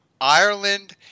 Ireland